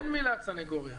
תן מילת סנגוריה.